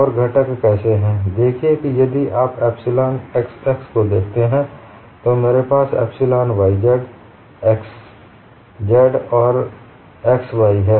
और घटक कैसे हैं देखिए कि यदि आप एप्सिलॉन xx को देखते हैं तो मेरे पास एप्सिलॉन yz zx और xy है